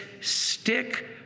stick